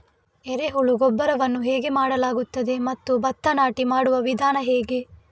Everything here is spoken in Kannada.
ಎರೆಹುಳು ಗೊಬ್ಬರವನ್ನು ಹೇಗೆ ಮಾಡಲಾಗುತ್ತದೆ ಮತ್ತು ಭತ್ತ ನಾಟಿ ಮಾಡುವ ವಿಧಾನ ಹೇಗೆ?